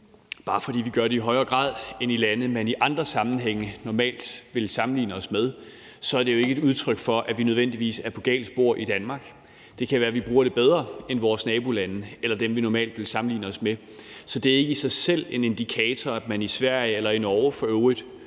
bare fordi vi gør det i højere grad end i lande, vi i andre sammenhænge normalt ville sammenligne os med, så er det jo ikke et udtryk for, at vi nødvendigvis er på galt spor i Danmark. Det kan være, at vi bruger det bedre end vores nabolande eller dem, vi normalt ville sammenligne os med. Så det er ikke i sig selv en indikator, at man i Sverige eller for øvrigt